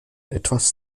etwas